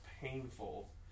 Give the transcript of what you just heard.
painful